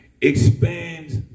Expands